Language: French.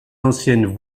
anciennes